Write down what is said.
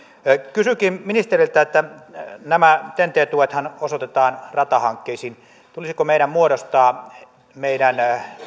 kysynkin ministeriltä kun nämä ten t tuethan osoitetaan ratahankkeisiin tulisiko meidän muodostaa meidän